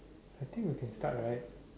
I think we can start right